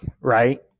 right